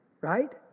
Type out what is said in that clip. Right